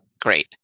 Great